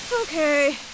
Okay